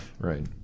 right